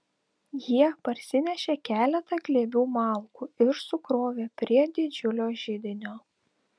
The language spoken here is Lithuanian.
jie parsinešė keletą glėbių malkų ir sukrovė prie didžiulio židinio